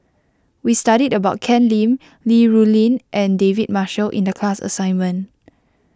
we studied about Ken Lim Li Rulin and David Marshall in the class assignment